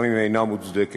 גם אם אינה מוצדקת.